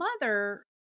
mother